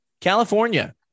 California